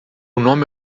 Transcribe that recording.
nome